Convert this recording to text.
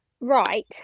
right